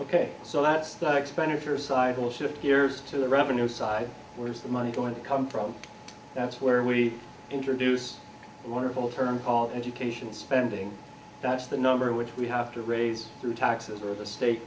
ok so that's the expenditure side will shift gears to the revenue side where's the money going to come from that's where we introduce a wonderful term called education spending that's the number which we have to raise through taxes or the state